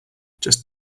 just